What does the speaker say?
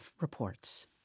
reports